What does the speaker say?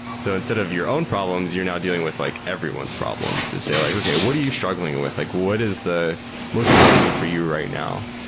so instead of your own problems, you're now dealing with like everyone's problems and say like, okay. what are you struggling with? like what is the most important thing for you right now?